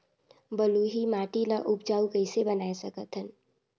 बलुही माटी ल उपजाऊ कइसे बनाय सकत हन?